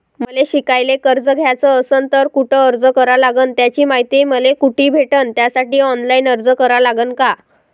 मले शिकायले कर्ज घ्याच असन तर कुठ अर्ज करा लागन त्याची मायती मले कुठी भेटन त्यासाठी ऑनलाईन अर्ज करा लागन का?